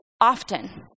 often